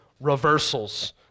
reversals